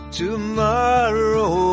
tomorrow